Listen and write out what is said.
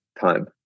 time